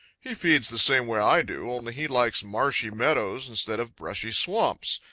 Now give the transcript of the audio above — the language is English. he feeds the same way i do, only he likes marshy meadows instead of brushy swamps.